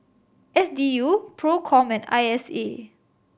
S D U Procom and I S A